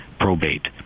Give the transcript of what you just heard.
probate